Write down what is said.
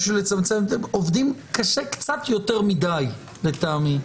קצת יותר מדי לטעמי,